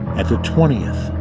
at the twentieth,